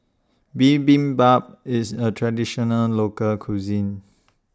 Bibimbap IS A Traditional Local Cuisine